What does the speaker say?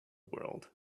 world